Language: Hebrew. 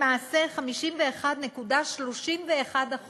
למעשה 51.31%,